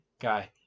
guy